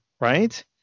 right